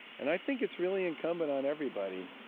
and i think it's really incumbent on everybody